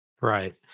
Right